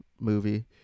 movie